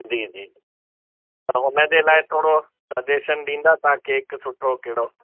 जी जी त उने जे लाइ थोरो सजेशन ॾींदा तव्हां केक सुठो कहिड़ो